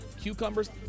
cucumbers